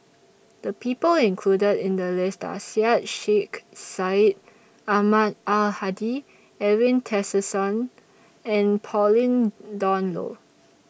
The People included in The list Are Syed Sheikh Syed Ahmad Al Hadi Edwin Tessensohn and Pauline Dawn Loh